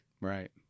Right